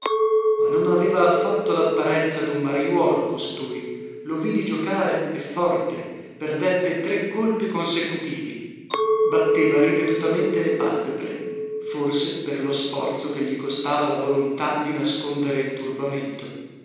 ma non aveva affatto lapparenza dun mariuolo costui lo vidi giocare e forte perdette tre colpi consecutivi batteva ripetutamente le pàlpebre forse per lo sforzo che gli costava la volontà di nascondere il turbamento